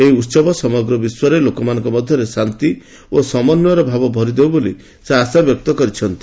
ଏହି ଉତ୍ସବ ସମଗ୍ର ବିଶ୍ୱରେ ଲୋକଙ୍କ ମଧ୍ୟରେ ଶାନ୍ତି ଓ ସମନ୍ୱୟର ଭାବ ଭରିଦେଉ ବୋଲି ସେ ଆଶାବ୍ୟକ୍ତ କରିଛନ୍ତି